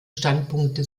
standpunkte